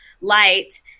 light